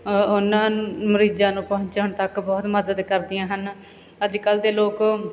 ਉਹਨਾਂ ਮਰੀਜ਼ਾਂ ਨੂੰ ਪਹੁੰਚਣ ਤੱਕ ਬਹੁਤ ਮਦਦ ਕਰਦੀਆਂ ਹਨ ਅੱਜ ਕੱਲ੍ਹ ਦੇ ਲੋਕ